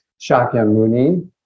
Shakyamuni